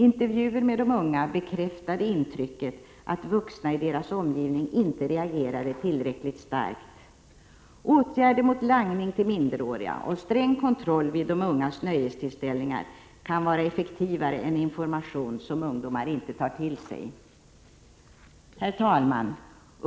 Intervjuer med de unga bekräftade intrycket att vuxna i deras omgivning inte reagerade tillräckligt starkt. Åtgärder mot langning till minderåriga och sträng kontroll vid de ungas nöjestillställningar kan vara effektivare än information som ungdomarna inte tar till sig. Herr talman!